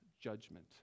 judgment